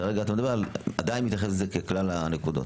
כרגע אתה עדיין מתייחס לזה ככלל הנקודות.